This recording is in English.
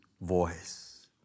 voice